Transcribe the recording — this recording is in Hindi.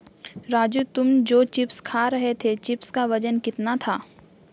राजू तुम जो चिप्स खा रहे थे चिप्स का वजन कितना था?